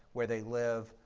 where they live,